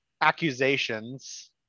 accusations